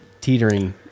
teetering